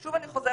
שוב אני חוזרת,